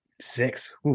six